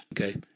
Okay